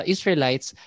Israelites